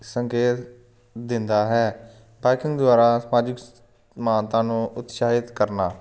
ਸੰਕੇਤ ਦਿੰਦਾ ਹੈ ਬਾਈਕਿੰਗ ਦੁਆਰਾ ਸਮਾਜਿਕ ਸਮਾਨਤਾ ਨੂੰ ਉਤਸ਼ਾਹਿਤ ਕਰਨਾ